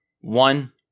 one